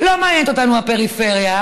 לא מעניינת אותנו הפריפריה.